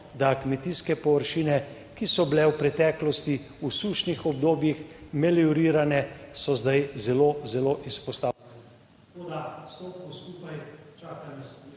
da kmetijske površine, ki so bile v preteklosti v sušnih obdobjih meliorirane, so zdaj zelo, zelo izpostavljene…